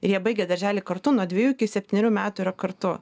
ir jie baigė darželį kartu nuo dviejų iki septynerių metų ir kartu